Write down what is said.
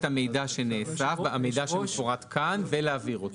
המידע שנאסף והמידע שמפורט כאן ולהעביר אותו.